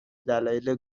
دلایل